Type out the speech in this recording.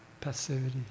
passivity